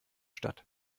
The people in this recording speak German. statt